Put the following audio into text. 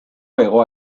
hego